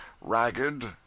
ragged